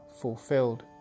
fulfilled